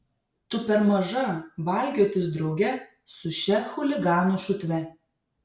tu per maža valkiotis drauge su šia chuliganų šutve